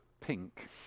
pink